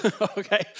okay